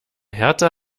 hertha